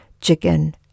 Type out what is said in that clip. chicken